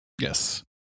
Yes